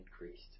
increased